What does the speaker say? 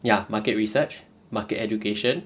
ya market research market education